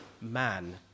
man